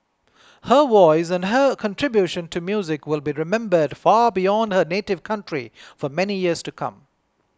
her voice and her contribution to music will be remembered far beyond her native county for many years to come